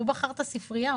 הוא בחר את הספרייה,